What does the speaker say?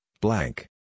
blank